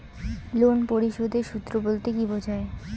Loan পরিশোধের সূএ বলতে কি বোঝায়?